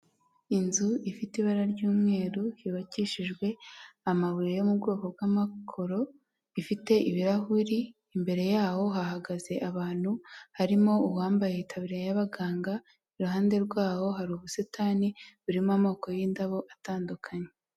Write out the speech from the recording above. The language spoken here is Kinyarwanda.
Inzu ifite ibara ry'umweru yubakishijwe amabuye yo mu bwoko bw'amakoro, ifite ibirahuri imbere yaho hahagaze abantu, harimo uwambaye itaburiya y'abaganga, iruhande rwaho hari ubusitani burimo amoko y'indabo atandukanye.